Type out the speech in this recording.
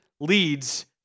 leads